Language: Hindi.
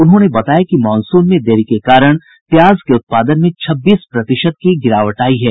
उन्होंने बताया कि मॉनसून में देरी के कारण प्याज के उत्पादन में छब्बीस प्रतिशत की गिरावट आई है